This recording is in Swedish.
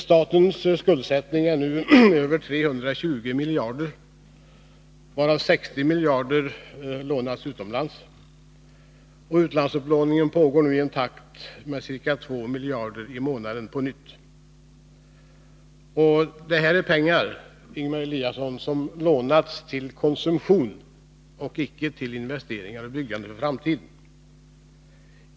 Statens skulder är nu över 320 miljarder, varav 60 miljarder lånats utomlands. Utlandsupplåningen pågår nu i en takt av ca 2 miljarder i månaden. Det här är pengar, Ingemar Eliasson, som lånats till konsumtion och icke till investeringar och byggande för framtiden.